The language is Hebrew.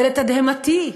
ולתדהמתי,